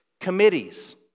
Committees